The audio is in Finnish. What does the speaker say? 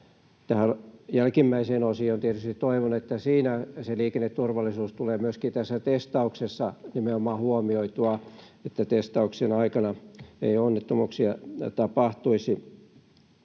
Tähän jälkimmäiseen osioon tietysti toivon, että siinä se liikenneturvallisuus tulee myöskin nimenomaan testauksessa huomioitua, että testauksen aikana ei onnettomuuksia tapahtuisi.